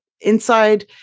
inside